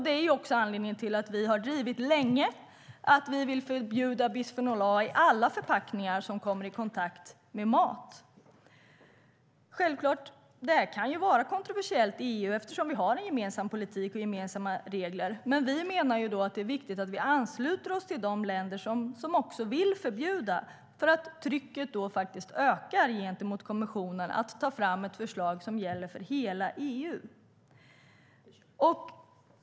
Detta är anledningen till att vi länge har drivit att bisfenol A ska förbjudas i alla förpackningar som kommer i kontakt med mat. Självklart kan detta vara kontroversiellt i EU eftersom vi har en gemensam politik och gemensamma regler. Men vi menar att det är viktigt att vi ansluter oss till de länder som också vill förbjuda, för att öka trycket på kommissionen att ta fram ett förslag som gäller hela EU.